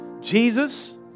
Jesus